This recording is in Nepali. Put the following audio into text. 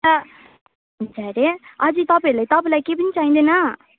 छ हुन्छ अरे अझै तपाईँले तपाईँलाई केही पनि चाहिँदैन